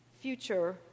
future